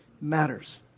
matters